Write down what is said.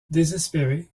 désespérée